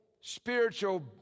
spiritual